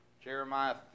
Jeremiah